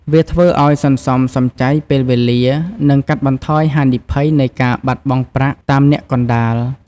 វាធ្វើឲ្យសន្សំសំចៃពេលវេលា និងកាត់បន្ថយហានិភ័យនៃការបាត់បង់ប្រាក់តាមអ្នកកណ្ដាល។